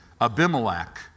Abimelech